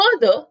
Further